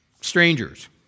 Strangers